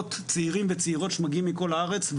מאות צעירים וצעירות שמגיעים מכל הארץ,